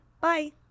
Bye